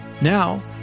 Now